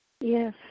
Yes